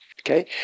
Okay